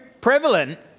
prevalent